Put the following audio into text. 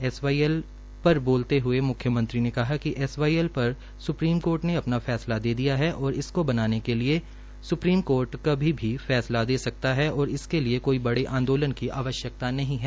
SYL पर बोलते हए मुख्यमंत्री ने कहा कि एसवाईएल पर सुप्रीम कोर्ट ने अपना फैसला दे दिया है और इसको बनने के लिए सुप्रीम कोर्ट कभी भी फैसला दे सकता है और इसके लिए कोई बड़े आंदोलन की आवश्यकता नहीं है